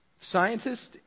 scientists